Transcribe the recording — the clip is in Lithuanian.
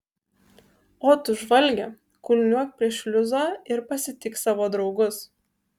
o tu žvalge kulniuok prie šliuzo ir pasitik savo draugus